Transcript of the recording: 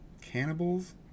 Cannibals